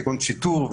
שיטור,